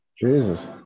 Jesus